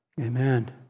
Amen